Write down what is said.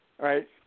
right